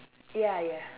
ya ya